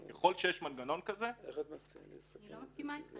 אני לא מסכימה איתך.